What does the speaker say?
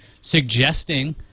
suggesting